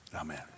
Amen